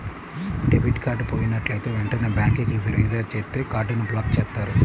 debit card పోయినట్లైతే వెంటనే బ్యేంకుకి ఫిర్యాదు చేత్తే కార్డ్ ని బ్లాక్ చేత్తారు